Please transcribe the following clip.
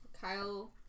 Kyle